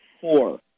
four